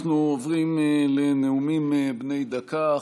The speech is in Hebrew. אנחנו עוברים לנאומים בני דקה.